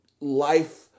life